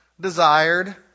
desired